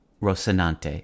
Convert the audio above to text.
Rosinante